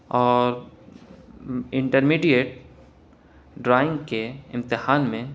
اور intermediate drawing کے امتحان میں